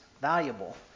valuable